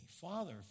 Father